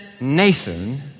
Nathan